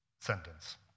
sentence